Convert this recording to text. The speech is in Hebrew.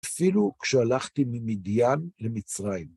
‫אפילו כשהלכתי ממדיין למצרים.